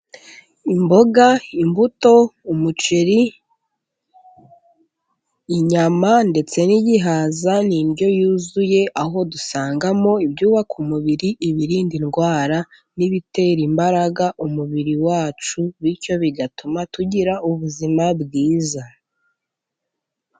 Imboga, imbuto, umuceri, inyama ndetse n'igihaza, ni indyo yuzuye, aho dusangamo ibyubaka umubiri, ibirinda indwara, n'ibitera imbaraga umubiri wacu, bityo bigatuma tugira ubuzima bwiza.